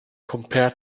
compare